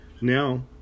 Now